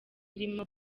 irimo